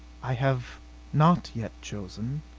i have not yet chosen,